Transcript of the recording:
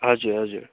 हजुर हजुर